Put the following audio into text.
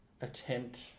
attempt